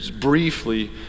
briefly